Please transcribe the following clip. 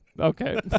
Okay